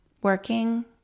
working